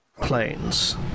planes